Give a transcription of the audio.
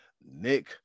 Nick